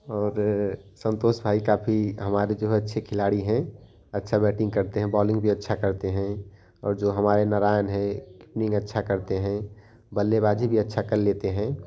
और संतोष भाई काफ़ी हमारे जो अच्छे खिलाड़ी हैं अच्छा बैटिंग करते हैं बॉलिंग भी अच्छा करते हैं और जो हमारे नारायण है कीपनिंग अच्छा करते हैं बल्लेबाज़ी भी अच्छा कर लेते हैं